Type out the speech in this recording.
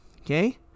okay